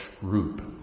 group